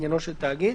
בעניינו של תאגיד,